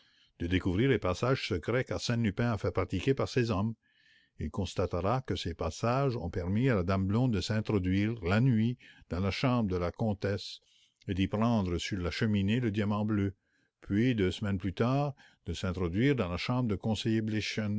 de découvrir les passages secrets qu'arsène lupin a fait pratiquer par ses hommes il constatera que ces passages ont permis à la dame blonde de s'introduire la nuit dans la chambre de la comtesse et d'y prendre sur la cheminée le diamant bleu puis deux semaines plus tard de s'introduire dans la chambre du conseiller